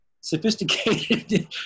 sophisticated